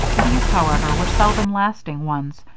these, however, were seldom lasting ones,